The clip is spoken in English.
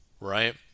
right